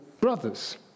brothers